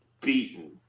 beaten